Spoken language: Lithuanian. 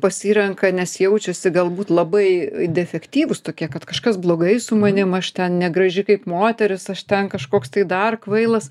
pasirenka nes jaučiasi galbūt labai defektyvūs tokie kad kažkas blogai su manim aš ten negraži kaip moteris aš ten kažkoks tai dar kvailas